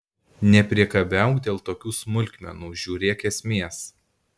nepriekabiauk dėl tokių smulkmenų žiūrėk esmės